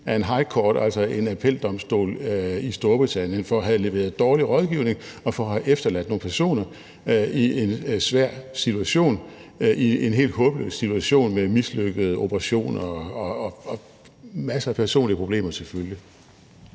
af en high court, altså en appeldomstol i Storbritannien, for at have leveret dårlig rådgivning og for at have efterladt nogle personer i en svær og helt håbløs situation med mislykkede operationer og masser af personlige problemer til følge.